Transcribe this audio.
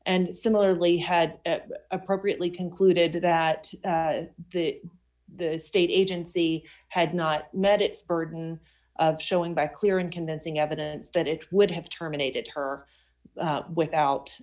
and similarly had appropriately concluded that the state agency had not met its burden of showing by clear and convincing evidence that it would have terminated her without